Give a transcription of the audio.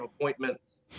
appointments